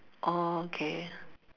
orh okay